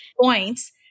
points